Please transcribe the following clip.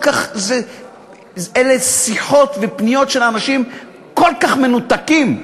אלו שיחות ופניות של אנשים כל כך מנותקים,